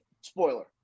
spoiler